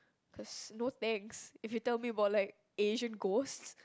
cause no thanks if you tell me about like Asian ghost